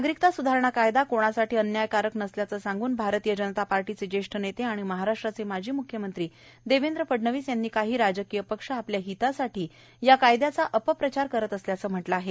नागरीकता सुधारणा कायदा कोणासाठी अन्यायकारक नसल्याचं सांगून भारतीय जनता पार्टीचे ज्येष्ठ नेते आणि महाराष्ट्राचे माजी म्ख्यमंत्री देवेंद्र फडणवीस यांनी काही राजकीय पक्ष आपल्या हितासाठी या कायद्याचा अपप्रचार करीत असल्याचं म्हटलं आहे